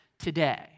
Today